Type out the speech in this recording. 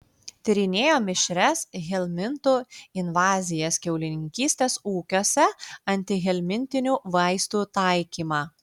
tyrinėjo mišrias helmintų invazijas kiaulininkystės ūkiuose antihelmintinių vaistų taikymą